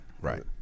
right